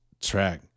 track